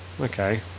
Okay